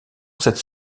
cette